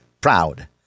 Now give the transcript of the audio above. proud